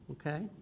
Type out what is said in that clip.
Okay